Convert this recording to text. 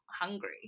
hungry